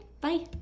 Bye